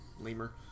lemur